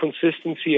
consistency